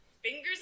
Fingers